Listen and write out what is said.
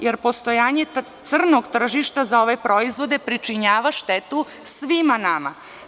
Jer, postojanje crnog tržišta za ove proizvode pričinjava štetu svima nama.